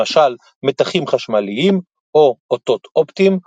למשל מתחים חשמליים או אותות אופטיים,